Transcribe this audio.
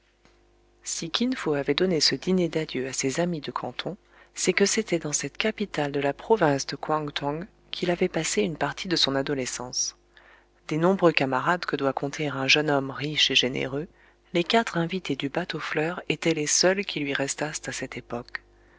si kin fo avait donné ce dîner d'adieu à ses amis de canton c'est que c'était dans cette capitale de la province de kouang tong qu'il avait passé une partie de son adolescence des nombreux camarades que doit compter un jeune homme riche et généreux les quatre invités du bateau fleurs étaient les seuls qui lui restassent à cette époque